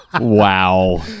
Wow